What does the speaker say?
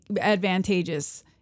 advantageous